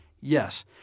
Yes